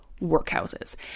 workhouses